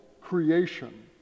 creation